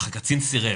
אך הקצין סירב.